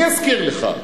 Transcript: אני אזכיר לך.